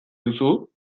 duzu